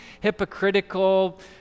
hypocritical